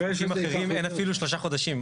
אין אפילו שלושה חודשים.